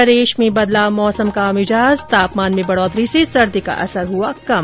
प्रदेश में बदला मौसम का मिजाज तापमान में बढ़ोतरी से सर्दी का असर हुआ कम